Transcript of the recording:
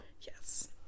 Yes